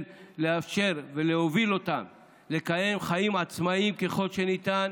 לאפשר להם ולהוביל אותם לקיים חיים עצמאיים ככל שניתן,